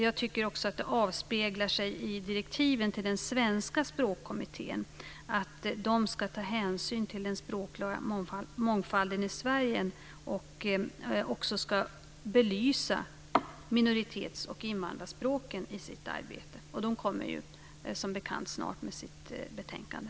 Jag tycker också att det avspeglar sig i direktiven till den svenska språkkommittén att man ska ta hänsyn till den språkliga mångfalden i Sverige och också belysa minoritets och invandrarspråken i sitt arbete. Svenska språkkommittén kommer, som bekant, snart med sitt betänkande.